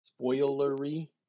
spoilery